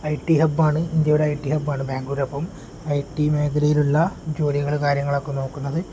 I T ഹബാണ് ഇന്ത്യയുടെ I T ഹബാണ് ബാഗ്ളൂർ അപ്പം ഐ ടി മേഖലയിലുള്ള ജോലികൾ കാര്യങ്ങളൊക്കെ നോക്കുന്നത്